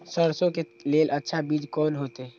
सरसों के लेल अच्छा बीज कोन होते?